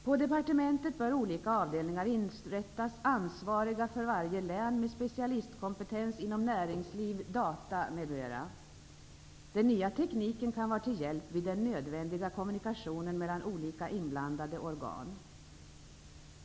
På departementet bör olika avdelningar inrättas, ansvariga för varje län och med specialistkompetens inom näringsliv, data, m.m. Den nya tekniken kan vara till hjälp vid den nödvändiga kommunikationen mellan olika inblandade organ.